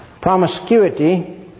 promiscuity